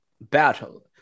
battle